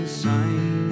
sign